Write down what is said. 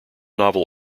novel